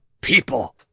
people